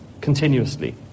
continuously